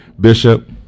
Bishop